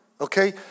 Okay